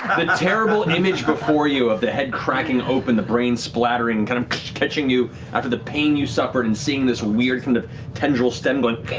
the terrible image before you of the head cracking open, the brain splattering kind of catching you after the pain you suffered and seeing this weird kind of tendril stem going